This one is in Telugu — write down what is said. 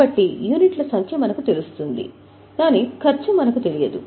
కాబట్టి యూనిట్ల సంఖ్య మనకు తెలుస్తుంది కాని ఖర్చు మనకు తెలియదు